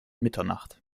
mitternacht